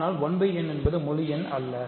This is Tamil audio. ஆனால் 1 n என்பது முழு எண் அல்ல